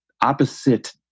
opposite